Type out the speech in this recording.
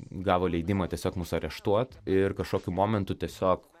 gavo leidimą tiesiog mus areštuot ir kažkokiu momentu tiesiog